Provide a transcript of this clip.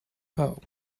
pearl